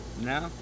No